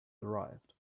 arrived